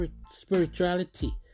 spirituality